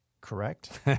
correct